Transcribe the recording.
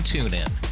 TuneIn